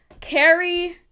Carrie